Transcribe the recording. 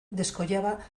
descollaba